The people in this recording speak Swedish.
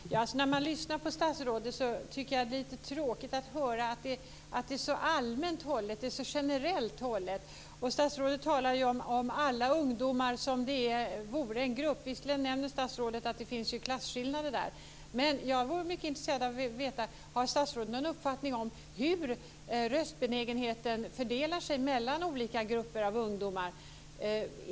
Herr talman! När jag lyssnar på statsrådet tycker jag att det är lite tråkigt att höra att det är så allmänt hållet, så generellt hållet. Statsrådet talar om alla ungdomar som om de vore en grupp. Visserligen säger statsrådet att det finns klasskillnader. Men jag är mycket intresserad av att veta: Har statsrådet någon uppfattning om hur röstbenägenheten fördelar sig mellan olika grupper av ungdomar?